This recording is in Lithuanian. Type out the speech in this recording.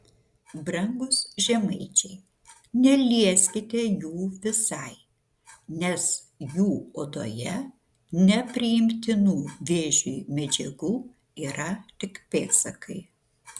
brangūs žemaičiai nelieskite jų visai nes jų odoje nepriimtinų vėžiui medžiagų yra tik pėdsakai